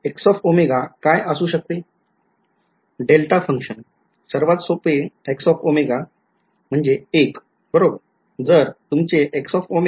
विध्यार्थी delta function सर्वात सोपे विध्यार्थी एक १ १ बरोबर